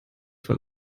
vor